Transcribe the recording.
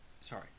Sorry